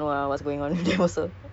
tak ada hal panggil hal ah